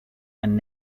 and